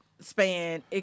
span